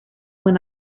when